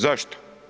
Zašto?